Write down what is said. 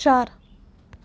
ચાર